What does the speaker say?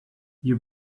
you